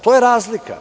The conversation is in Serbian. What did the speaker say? To je razlika.